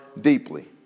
deeply